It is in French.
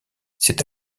c’est